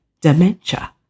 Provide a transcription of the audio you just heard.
dementia